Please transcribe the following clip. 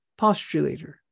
Postulator